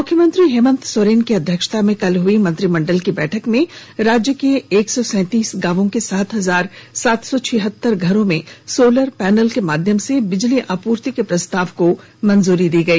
मुख्यमंत्री हेमन्त सोरेन की अध्यक्षता में कल हुई मंत्रिमंडल की बैठक में राज्य के एक सौ सैंतीस गांवों के सात हजार सात सौ छियतर घरों में सोलर पैनल के माध्यम से बिजली आपूर्ति की के प्रस्ताव को भी मंजूरी दी गई